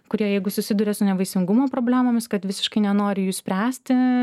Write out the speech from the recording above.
kurie jeigu susiduria su nevaisingumo problemomis kad visiškai nenori jų spręsti